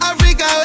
Africa